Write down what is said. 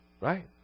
right